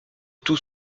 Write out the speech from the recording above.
tout